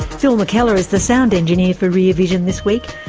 phil mckellar is the sound engineer for rear vision this week.